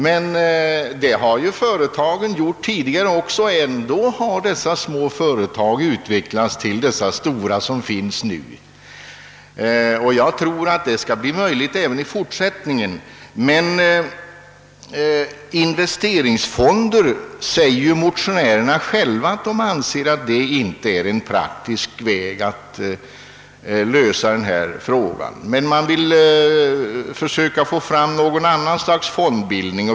Men villkoren för de små företagen har ju varit desamma tidigare, och ändå har några utvecklats till de stora enheter som finns nu. Jag tror att detsamma skall visa sig möjligt även i fortsättningen. Motionärerna säger själva, att de inte anser inrättande av investeringsfonder hos småföretag vara en praktisk väg att lösa frågan, men de vill få fram något annat slags fondbildning.